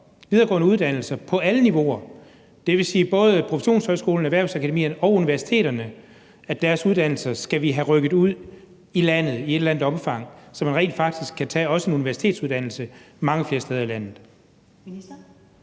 videregående uddannelser på alle niveauer, dvs. både professionshøjskolerne, erhvervsakademierne og universiteterne, altså at vi skal have rykket deres uddannelser ud i landet i et eller andet omfang, så man rent faktisk også kan tage en universitetsuddannelse mange flere steder i landet?